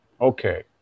Okay